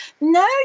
No